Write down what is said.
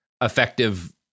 effective